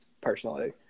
personally